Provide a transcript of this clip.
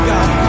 God